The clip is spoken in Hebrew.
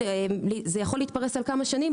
זה יכול להתפרס על כמה שנים,